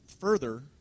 further